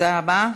תודה רבה.